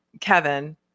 Kevin